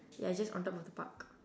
ya just on top of the park